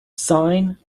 sine